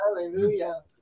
Hallelujah